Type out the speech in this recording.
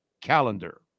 calendar